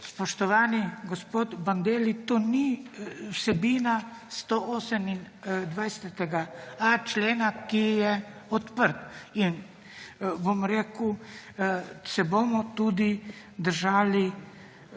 Spoštovani gospod Bandelli, to ni vsebina 128.a člena, ki je odprt in bom rekel, se bomo tudi držali